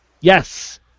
Yes